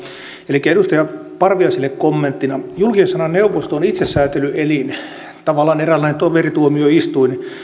elikkä edustaja parviaiselle kommenttina julkisen sanan neuvosto on itsesäätelyelin tavallaan eräänlainen toverituomioistuin